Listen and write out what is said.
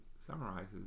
summarizes